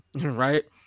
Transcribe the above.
right